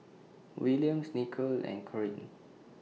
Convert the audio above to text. Williams Nicolle and Corine